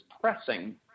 pressing